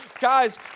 Guys